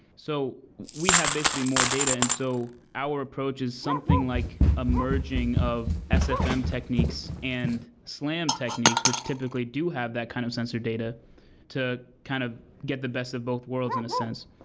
so we have basically more data, and so our approach is something like a merging of sfm techniques and slam techniques which typically do have that kind of sensor data to kind of get the best of both worlds in a sense.